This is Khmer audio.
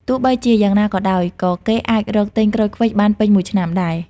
ទោះបីជាយ៉ាងណាក៏ដោយ ក៏គេអាចរកទិញក្រូចឃ្វិចបានពេញមួយឆ្នាំដែរ ។